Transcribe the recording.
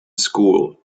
school